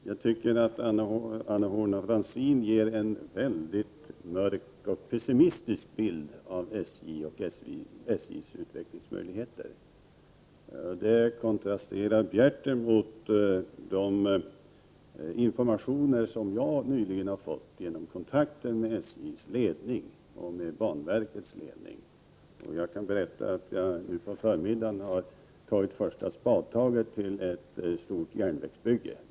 Herr talman! Jag tycker att Anna Horn af Rantzien ger en mycket mörk och pessimistisk bild av SJ och SJ:s utvecklings möjligheter. Den kontrasterar bjärt emot de informationer som jag nyligen har fått vid kontakter med SJ:s ledning och med banverkets ledning. Jag kan berätta att jag nu på förmiddagen har tagit första spadtaget till ett stort järnvägsbygge.